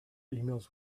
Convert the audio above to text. emails